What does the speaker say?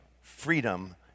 freedom